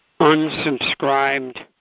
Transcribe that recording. unsubscribed